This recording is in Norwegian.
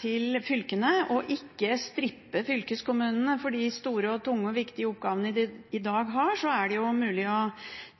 til fylkene og ikke strippe fylkeskommunene for de store, tunge og viktige oppgavene de i dag har, så er det mulig å